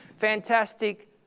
Fantastic